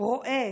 רואה